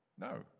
No